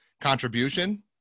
contribution